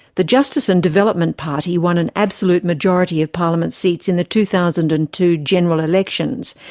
the justice and development party won an absolute majority of parliament seats in the two thousand and two general elections,